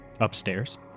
upstairs